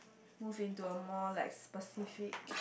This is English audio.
move into a more like specific